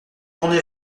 tourné